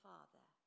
Father